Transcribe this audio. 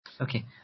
Okay